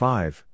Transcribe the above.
Five